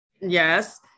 Yes